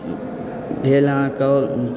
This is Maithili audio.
भेल अहाँकऽ